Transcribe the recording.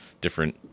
different